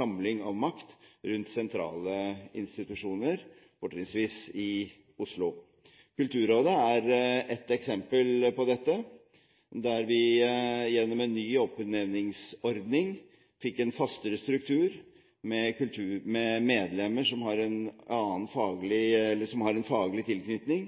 samling og makt rundt sentrale institusjoner, fortrinnsvis i Oslo. Kulturrådet er ett eksempel på dette, der vi gjennom en ny oppnevningsordning fikk en fastere struktur med medlemmer som har en faglig tilknytning,